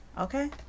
okay